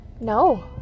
No